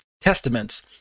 Testaments